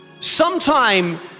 sometime